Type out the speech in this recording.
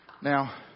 Now